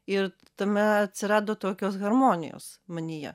ir tame atsirado tokios harmonijos manyje